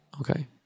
Okay